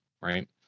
right